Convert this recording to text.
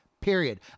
Period